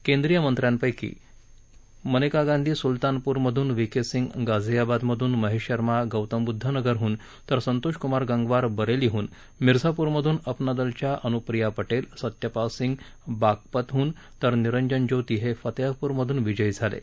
केंद्रीय मंत्र्यांपैकी मनेका गांधी सुलतानपूरमधून व्ही के सिंग गाझियाबादमधून महेश शर्मा गौतम बुध्द नगरहून तर संतोषकुमार गंगवार बरेलीहून मिर्झापूरमधून अपना दलच्या अनुप्रिया पटेल सत्यपाल सिंग बागपतह्न तर निंरजन ज्योती हे फतेहप्रमधून विजयी झाले आहेत